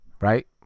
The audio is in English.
right